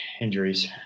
injuries